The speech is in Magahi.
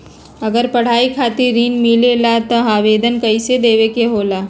अगर पढ़ाई खातीर ऋण मिले ला त आवेदन कईसे देवे के होला?